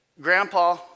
Grandpa